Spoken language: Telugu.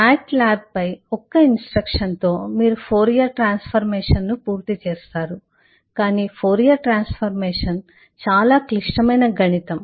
మ్యాట్ ల్యాబ్ పై ఒక్క ఇన్స్ట్రక్షన్ తో మీరు ఫోరియర్ ట్రాన్స్ఫర్మేషన్ ను పూర్తి చేస్తారు కాని ఫోరియర్ ట్రాన్స్ఫర్మేషన్ చాలా క్లిష్టమైన గణితం